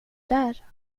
där